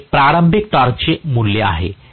तर हे प्रारंभिक टॉर्कचे मूल्य आहे